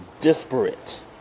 disparate